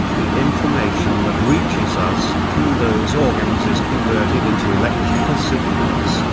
the information that reaches us through those organs is converted into electrical signals,